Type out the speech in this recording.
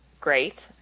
great